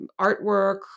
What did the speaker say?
artwork